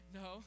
no